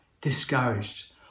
discouraged